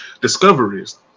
discoveries